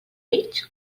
mig